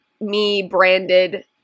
me-branded